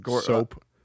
Soap